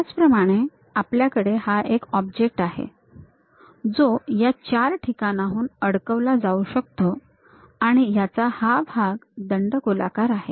त्याचप्रमाणे आपल्याकडे हा एक ऑब्जेक्ट आहे जो या चार ठिकाणांहून अडकवला जाऊ शकतो आणि याचा हा भाग दंडगोलाकार आहे